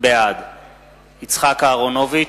בעד יצחק אהרונוביץ,